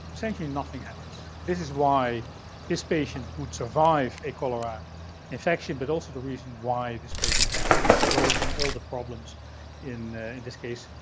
essentially nothing happens. this is why this patient would survive a cholera infection, but also the reason why this patient has cystic fibrosis and all the problems in, in this case,